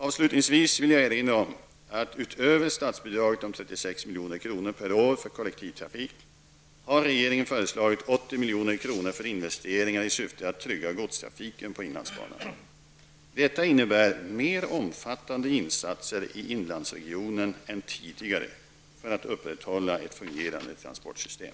Avslutningsvis vill jag erinra om att regeringen utöver statsbidraget om 36 milj.kr. per år för kollektivtrafik har föreslagit 80 milj.kr. för investeringar i syfte att trygga godstrafiken på inlandsbanan. Detta innebär mera omfattande insatser i inlandsregionen än tidigare i syfte att upprätthålla ett fungerande transportsystem.